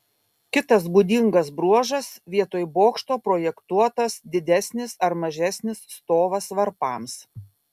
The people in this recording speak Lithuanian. kitas būdingas bruožas vietoj bokšto projektuotas didesnis ar mažesnis stovas varpams